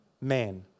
man